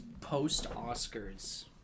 post-Oscars